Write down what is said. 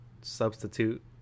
substitute